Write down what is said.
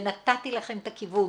ונתתי לכם את הכיוון.